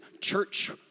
church